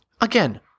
again